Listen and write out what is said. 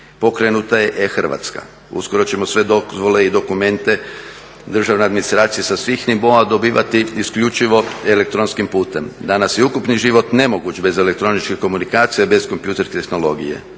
Pokrenuta je e-Hrvatska. Uskoro ćemo sve dozvole i dokumente državne administracije sa svih nivoa dobivati isključivo elektronskim putem. Danas je ukupni život nemoguć bez elektroničke komunikacije, bez kompjuterske tehnologije.